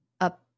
up